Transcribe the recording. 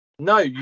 No